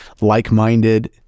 like-minded